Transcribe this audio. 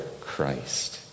Christ